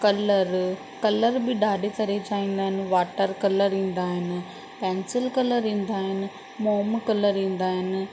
colour colour बि ॾाढी तरह जा ईंदा आहिनि वॉटर कलर ईंदा आहिनि पेंसिल कलर ईंदा आहिनि मोम कलर ईंदा आहिनि